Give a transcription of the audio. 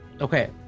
Okay